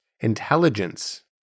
Intelligence